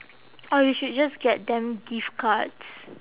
or you should just get them gift cards